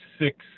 six